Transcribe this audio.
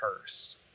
purse